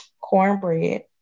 cornbread